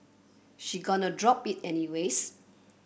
she gonna drop it any ways